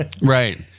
Right